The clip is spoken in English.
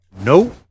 no